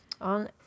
on